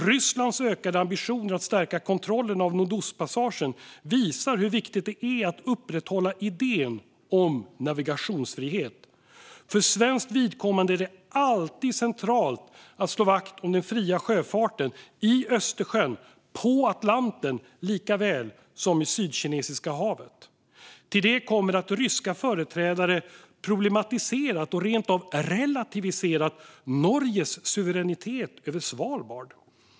Rysslands ökade ambitioner att stärka kontrollen av Nordostpassagen visar hur viktigt det är att upprätthålla idén om navigationsfrihet. För svenskt vidkommande är det alltid centralt att slå vakt om den fria sjöfarten - i Östersjön och på Atlanten likaväl som i Sydkinesiska havet. Till detta kommer att ryska företrädare problematiserat och rent av relativiserat Norges suveränitet över Svalbard.